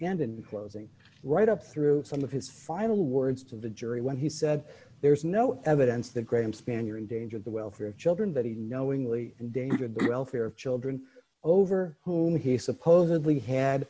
and in closing right up through some of his final words to the jury when he said there's no evidence that graham spanier endangered the welfare of children that he knowingly endangered the welfare of children over whom he supposedly had